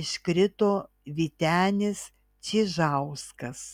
iškrito vytenis čižauskas